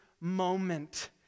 moment